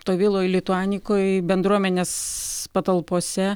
toj viloj lituanikoj bendruomenės patalpose